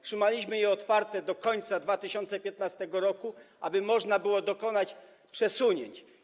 Trzymaliśmy je otwarte do końca 2015 r., aby można było dokonać przesunięć.